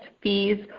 fees